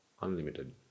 unlimited